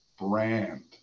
brand